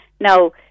Now